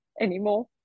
anymore